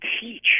teach